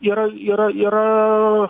yra yra yra